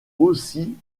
aussi